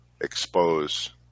expose